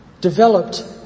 developed